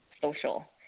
social